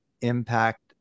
impact